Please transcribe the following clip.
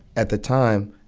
at the time,